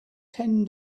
ten